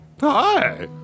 Hi